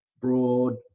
broad